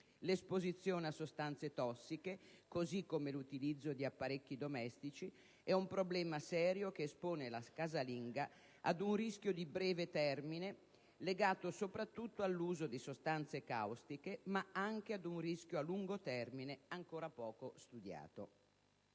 L'esposizione a sostanze tossiche, così come l'utilizzo di apparecchi domestici, è un problema serio che espone la casalinga ad un rischio di breve termine legato soprattutto all'uso di sostanze caustiche, ma anche ad un rischio a lungo termine ancora poco studiato.